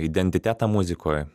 identitetą muzikoj